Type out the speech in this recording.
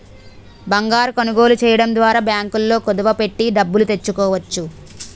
బంగారం కొనుగోలు చేయడం ద్వారా బ్యాంకుల్లో కుదువ పెట్టి డబ్బులు తెచ్చుకోవచ్చు